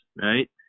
right